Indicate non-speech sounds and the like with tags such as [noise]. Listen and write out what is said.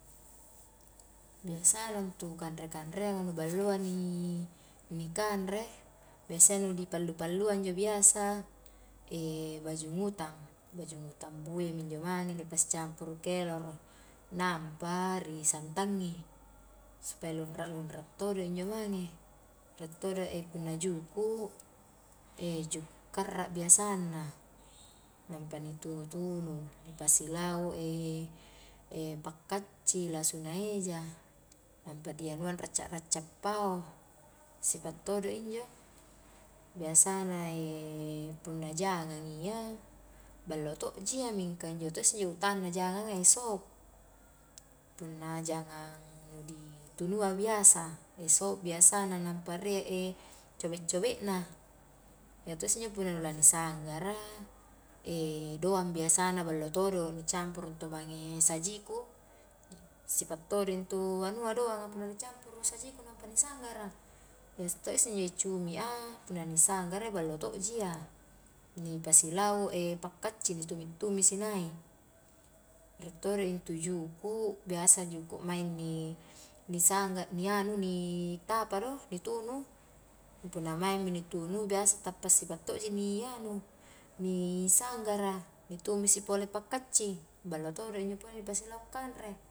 Biasana intu kanre-kanreang a nu balloa ni kanre, biasayya nu di pallu-pallua injo biasa [hesitation] bajung utang, bajung utang bue mi injo mange di pasicampuru keloro, nampa ri santangi supaya lunra-lunra todo injo mange, rie todo e punna juku [hesitation] juku karra biasanna, nampa ni tunu-tunu, ni pasi lau e pakkacci, lasuna eja, nampa ni anuang racca racca pao, sipa' todo injo, biasana [hesitation] punna jangang iya, ballo to ji iya, mingka injo to isse utangna jangang a iya [hesitation] sop, punna jangang ditunua biasa, [hesitation] sop biasana nampa rie [hesitation] cobe- cobe na, iya to isse injo punna lani sanggara [hesitation] doang biasana ballo todo, ni campuru intu mange sajiku, sipa' todo intu anua doang a punna ni campuru sajiku nampa ni sanggara, iya to isse injo cumi a, punna ni sanggarai, ballo to ji iya, ni pasilau [hesitation] pakkacci, ni tumi-tumisi naik, rie todo intu juku, biasa juku maing ni-ni sangga ni anu ni tapa do, ni tunu, punna maingmi ni tunu biasa tappa sipa' to'ji ni anu ni sanggara, ni tumisi pole pakkacci, ballo todo injo pole ni pasilau kanre.